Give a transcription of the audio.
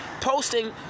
posting